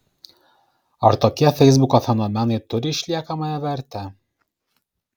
ar tokie feisbuko fenomenai turi išliekamąją vertę